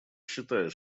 считает